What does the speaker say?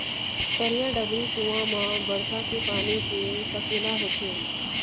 तरिया, डबरी, कुँआ म बरसा के पानी के सकेला होथे